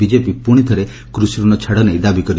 BJP ପୁଶିଥରେ କୃଷି ଋଣ ଛାଡ଼ ନେଇ ଦାବି କରିଛି